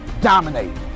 dominate